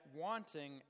wanting